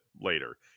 later